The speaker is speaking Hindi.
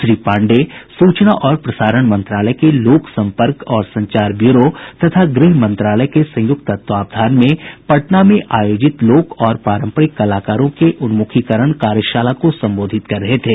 श्री पांडेय सूचना और प्रसारण मंत्रालय के लोक संपर्क और संचार ब्यूरो तथा गृह मंत्रालय के संयुक्त तत्वावधान में पटना में आयोजित लोक और पारम्परिक कलाकारों के उन्मुखीकरण कार्यशाला को संबोधित कर रहे थे